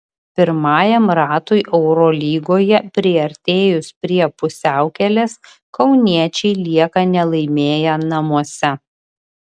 pirmajam ratui eurolygoje priartėjus prie pusiaukelės kauniečiai lieka nelaimėję namuose